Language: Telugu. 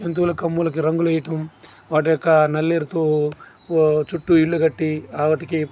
జంతువుల కొమ్ములకి రంగులు వేయటం వాటి యొక్క నల్లేరుతో ఓ చుట్టూ ఇల్లు కట్టి వాటికి పొంగలి